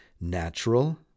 natural